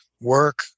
work